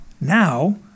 Now